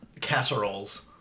casseroles